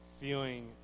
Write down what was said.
feeling